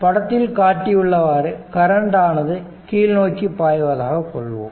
படத்தில் காட்டியுள்ளவாறு கரண்ட் ஆனது கீழ்நோக்கி பாய்வதாக கொள்வோம்